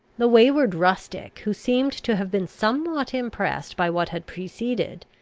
the wayward rustic, who seemed to have been somewhat impressed by what had preceded,